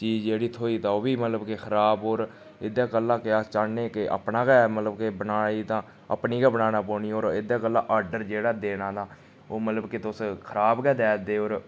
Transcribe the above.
चीज जेह्ड़ी थ्होई तां ओह् बी मतलब कि खराब होर एह्दे गल्ला अस चाहन्ने कि अपना गै मतलब कि बनाई तां अपनी गै बनाना पौनी होर एह्दे गल्ला आर्डर जेह्ड़ा देना न ओह् मतलब कि तुस खराब गै देआ'रदे होर